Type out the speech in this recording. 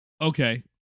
Okay